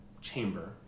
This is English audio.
chamber